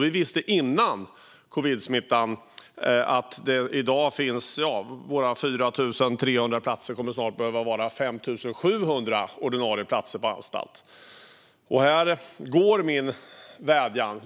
Vi visste redan före covid19-smittan att våra 4 300 platser snart kommer att behöva vara 5 700 ordinarie platser på anstalter.